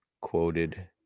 quoted